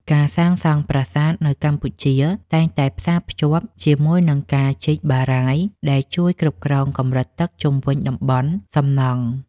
ការសាងសង់ប្រាសាទនៅកម្ពុជាតែងតែផ្សារភ្ជាប់ជាមួយនឹងការជីកបារាយណ៍ដែលជួយគ្រប់គ្រងកម្រិតទឹកជុំវិញតំបន់សំណង់។